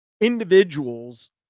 individuals